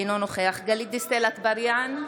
אינו נוכח גלית דיסטל אטבריאן,